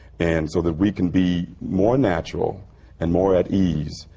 and so that we can be more natural and more at ease,